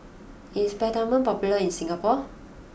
is Peptamen popular in Singapore